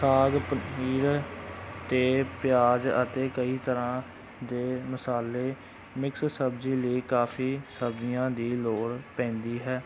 ਸਾਗ ਪਨੀਰ ਅਤੇ ਪਿਆਜ਼ ਅਤੇ ਕਈ ਤਰ੍ਹਾਂ ਦੇ ਮਸਾਲੇ ਮਿਕਸ ਸਬਜ਼ੀ ਲਈ ਕਾਫ਼ੀ ਸਬਜ਼ੀਆਂ ਦੀ ਲੋੜ ਪੈਂਦੀ ਹੈ